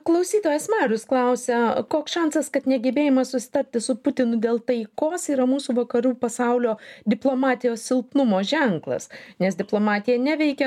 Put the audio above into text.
klausytojas marius klausia koks šansas kad negebėjimas susitarti su putinu dėl taikos yra mūsų vakarų pasaulio diplomatijos silpnumo ženklas nes diplomatija neveikia